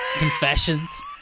confessions